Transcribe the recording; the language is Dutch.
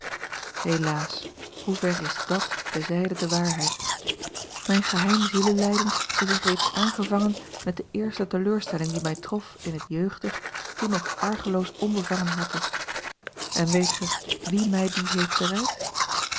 helaas hoever is dàt bezijden de waarheid mijn geheim zielelijden is reeds aangevangen met de eerste teleurstelling die mij trof in het jeugdig toen nog argeloos onbevangen harte en weet gij wie mij die heeft bereid